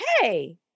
Hey